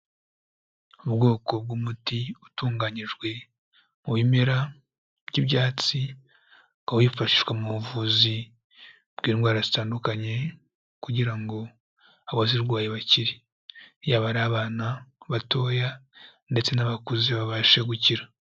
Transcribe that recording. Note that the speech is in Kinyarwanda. Ubwoko bw'umuti utunganyijwe mu bimera by'ibyatsi, ukaba wifashishwa mu buvuzi bw'indwara zitandukanye kugira ngo abazirwaye bakira, yaba ari abana batoya ndetse n'abakuze babashe gukira.